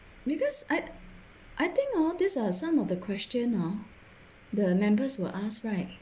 because I I think hor these are some of the question hor the members will ask right